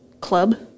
club